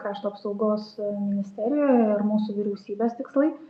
krašto apsaugos ministerijoj ir mūsų vyriausybės tikslai